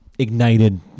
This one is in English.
ignited